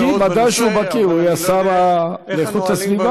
בקי, ודאי שהוא בקי, הוא היה השר לאיכות הסביבה.